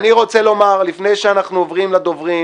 לפני שאנחנו עוברים לדוברים